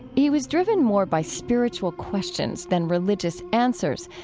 he was driven more by spiritual questions than religious answers,